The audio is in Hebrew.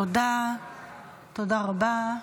תודה רבה.